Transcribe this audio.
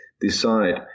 decide